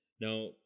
Now